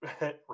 Right